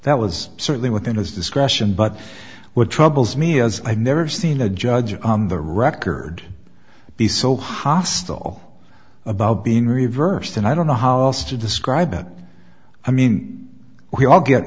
that was certainly within his discretion but what troubles me is i've never seen a judge on the record be so hostile about being reversed and i don't know how else to describe it i mean we all get